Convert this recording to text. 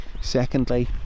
secondly